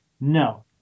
no